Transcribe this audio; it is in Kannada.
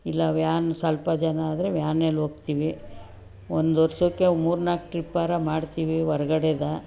ಇಲ್ಲ ವ್ಯಾನ್ ಸ್ವಲ್ಪ ಜನ ಆದರೆ ವ್ಯಾನಲ್ಲೋಗ್ತಿವಿ ಒಂದು ವರ್ಷಕ್ಕೆ ಮೂರು ನಾಲ್ಕು ಟ್ರಿಪ್ಪಾರ ಮಾಡ್ತೀವಿ ಹೊರಗಡೆದ